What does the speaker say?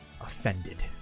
offended